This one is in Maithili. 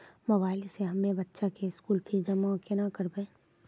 मोबाइल से हम्मय बच्चा के स्कूल फीस जमा केना करबै?